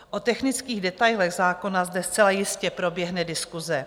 O technických detailech zákona zde zcela jistě proběhne diskuse.